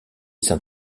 saint